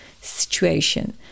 situation